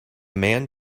man